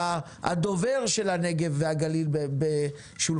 עכשיו תביא את משרדי הממשלה.